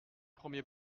premier